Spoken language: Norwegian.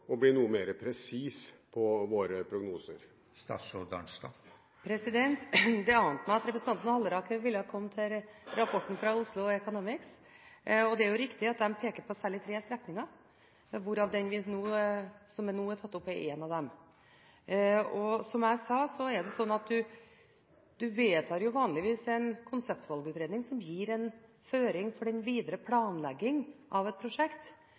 og over årssykluser med ferie, utfart osv. Er ikke dette noe vi bør få orden på og bli noe mer presis på i våre prognoser? Det ante meg at representanten Halleraker ville komme med rapporten fra Oslo Economics. Det er riktig at de peker på særlig tre strekninger, hvorav den vi nå tar opp, er en av dem. Som jeg sa, er det slik at en vanligvis vedtar en konseptvalgutredning som gir føring for den videre planleggingen av et